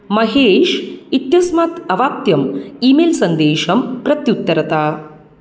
महीश् इत्यस्मात् अवाप्त्यम् email सन्देशं प्रत्युत्तरत